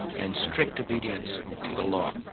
and strict obedience to the law.